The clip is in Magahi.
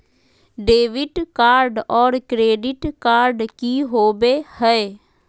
डेबिट कार्ड और क्रेडिट कार्ड की होवे हय?